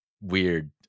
weird